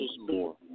more